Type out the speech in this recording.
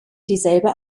dieselbe